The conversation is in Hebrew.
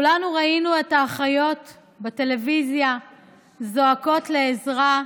כולנו ראינו את האחיות בטלוויזיה זועקות לעזרה,